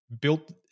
built